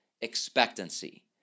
expectancy